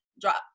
drop